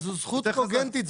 זו זכות קוגנטית.